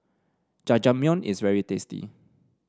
Jajangmyeon is very tasty